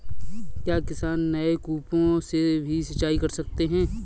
क्या किसान नल कूपों से भी सिंचाई कर सकते हैं?